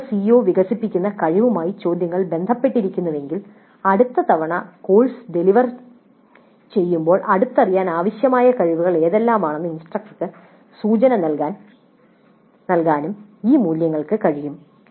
തന്നിരിക്കുന്ന സിഒ വികസിപ്പിക്കുന്ന കഴിവുകളുമായി ചോദ്യങ്ങൾ ബന്ധപ്പെട്ടിരിക്കുന്നുവെങ്കിൽ അടുത്ത തവണ കോഴ്സ് ഡെലിവർ ചെയ്യുമ്പോൾ അടുത്തറിയാൻ ആവശ്യമായ കഴിവുകൾ ഏതെല്ലാമാണെന്ന് ഇൻസ്ട്രക്ടർക്ക് സൂചനകൾ നൽകാനും ഈ മൂല്യങ്ങൾക്ക് കഴിയും